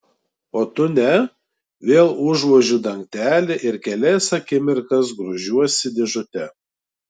o tu ne vėl užvožiu dangtelį ir kelias akimirkas grožiuosi dėžute